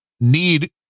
need